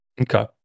Okay